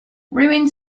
ruined